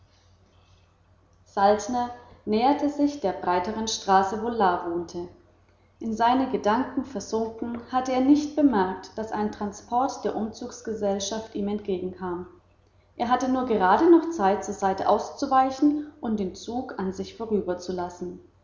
saltner näherte sich der breiteren straße wo la wohnte in seine gedanken versunken hatte er nicht bemerkt daß ein transport der umzugsgesellschaft ihm entgegenkam er hatte nur gerade noch zeit zur seite auszuweichen und den zug an sich vorüberzulassen